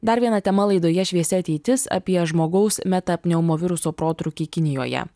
dar viena tema laidoje šviesi ateitis apie žmogaus meta pneumo viruso protrūkį kinijoje